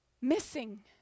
missing